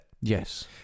Yes